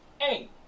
hey